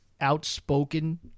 outspoken